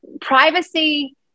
privacy